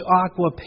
aqua